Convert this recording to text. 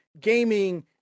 gaming